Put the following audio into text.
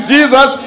Jesus